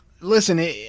listen